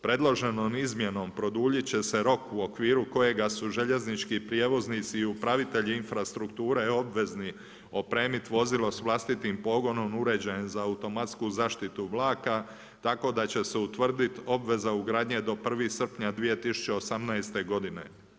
Predloženom izmjenom produljit će se rok u okviru kojega su željeznički prijevoznici i upravitelji infrastrukture obvezni opremit vozilo s vlastitim pogonom, uređajem za automatsku zaštitu vlaka tako da će se utvrdit obveza ugradnje do 1. srpnja 2018. godine.